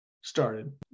started